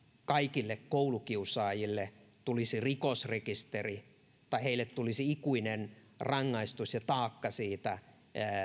kaikille koulukiusaajille tulisi rikosrekisteri tai heille tulisi ikuinen rangaistus ja taakka siitä